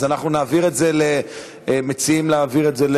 אז אנחנו נעביר את זה, מציעים להעביר את זה?